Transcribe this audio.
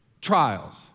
trials